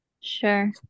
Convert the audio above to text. Sure